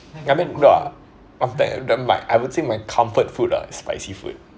I mean a'ah of that then my I would say my comfort food ah is spicy food